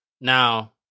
Now